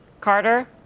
Carter